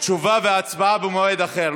תשובה והצבעה במועד אחר.